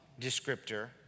descriptor